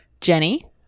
Jenny